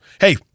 Hey